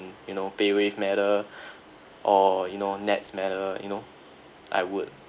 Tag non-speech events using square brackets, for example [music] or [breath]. you know paywave manner [breath] or you know nets manner you know I would